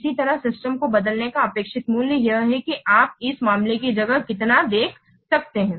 इसी तरह सिस्टम को बदलने का अपेक्षित मूल्य यह है कि आप इस मामले की जगह कितना देख सकते हैं